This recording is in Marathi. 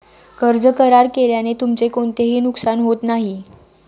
कर्ज करार केल्याने तुमचे कोणतेही नुकसान होत नाही